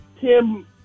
Tim